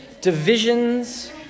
divisions